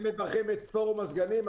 אם מברכים את פורום הסגנים,